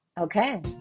Okay